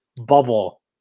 bubble